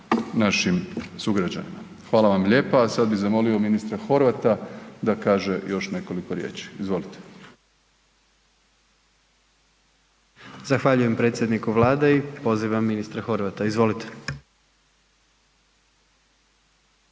našim sugrađanima. Hvala vam lijepa. A sad bi zamolio ministra Horvata da kaže još nekoliko riječi, izvolite. **Jandroković, Gordan (HDZ)** Zahvaljujem predsjedniku vlade i pozivam ministra Horvata, izvolite.